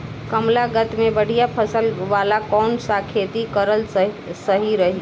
कमलागत मे बढ़िया फसल वाला कौन सा खेती करल सही रही?